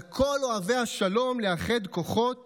על כל אוהבי השלום לאחד כוחות